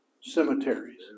cemeteries